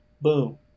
boom